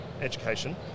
education